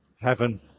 heaven